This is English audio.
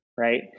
Right